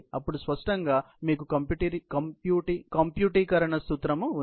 అప్పుడు స్పష్టంగా మీకు కంప్యూటరీకరణ సూత్రం ఉంది